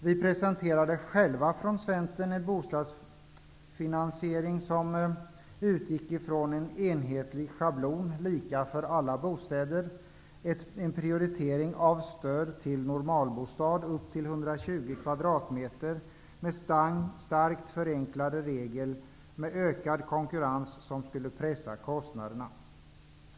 Vi presenterade själva från Centern en bostadsfinansiering som utgick ifrån en enhetlig schablon som var lika för alla bostäder, prioritering av stöd till normalbostad upp till 120 kvadratmeter, starkt förenklade regler och ökad konkurrens som skulle pressa kostnaderna.